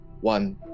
One